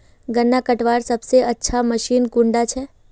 गन्ना कटवार सबसे अच्छा मशीन कुन डा छे?